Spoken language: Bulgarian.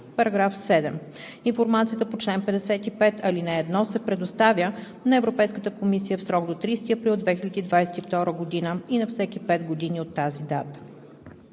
така: „§ 7. Информацията по чл. 55, ал. 1 се предоставя на Европейската комисия в срок до 30 април 2022 г. и на всеки пет години от тази дата.“